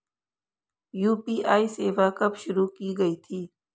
UPI सेवा कब शुरू की गई थी?